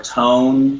tone